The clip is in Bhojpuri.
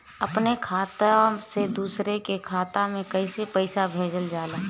अपने खाता से दूसरे के खाता में कईसे पैसा भेजल जाला?